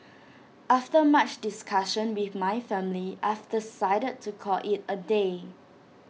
after much discussion with my family I've decided to call IT A day